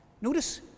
Notice